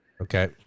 Okay